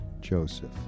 Joseph